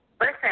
listen